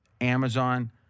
Amazon